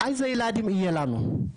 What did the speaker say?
איזה ילדים יהיה לנו,